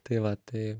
tai va tai